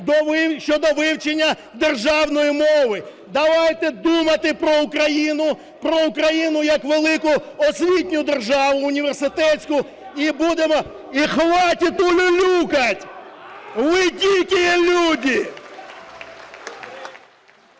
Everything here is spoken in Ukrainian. щодо вивчення державної мови. Давайте думати про Україну, про Україну як велику освітню державу, університетську і будемо… И хватит улюлюкать! Вы – дикие люди!